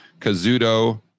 Kazuto